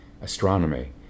astronomy